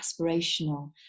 aspirational